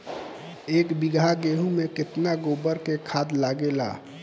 एक बीगहा गेहूं में केतना गोबर के खाद लागेला?